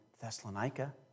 Thessalonica